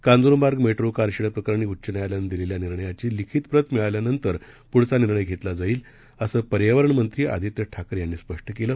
Kanjurmarg metro car shed प्रकरणी उच्च न्यायालयानं दिलेल्या निर्णयाची लिखीत प्रत मिळाल्यानंतर पुढील निर्णय घेतला जाईल असं पर्यावरणमंत्री आदित्य ठाकरे यांनी स्पष्ट केलं